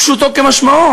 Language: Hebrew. פשוטו כמשמעו,